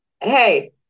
hey